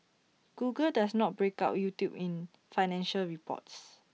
Google does not break out YouTube in financial reports